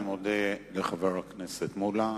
אני מודה לחבר הכנסת מולה.